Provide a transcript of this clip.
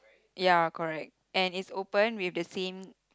ya correct and it's open with the same